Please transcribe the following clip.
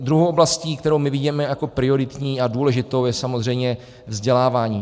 Druhou oblastí, kterou my vidíme jako prioritní a důležitou, je samozřejmě vzdělávání.